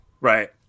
right